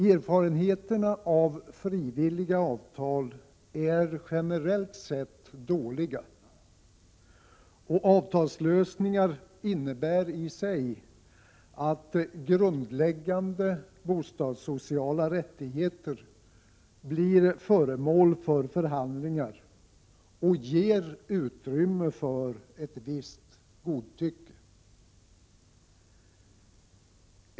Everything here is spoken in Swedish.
Erfarenheterna av frivilliga avtal är generellt sett dåliga, och avtalslösningar innebär i sig att grundläggande bostadssociala rättigheter blir föremål för förhandlingar och ger utrymme för ett visst godtycke.